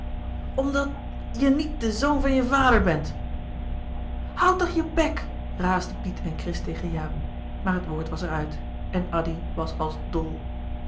omdat jij niet de zoon van je vader bent hoû toch je bek raasden piet en chris tegen jaap maar het woord was er uit en addy was als dol